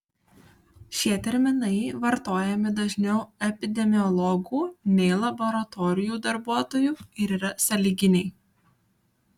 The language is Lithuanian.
šie terminai vartojami dažniau epidemiologų nei laboratorijų darbuotojų ir yra sąlyginiai